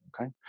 Okay